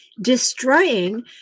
destroying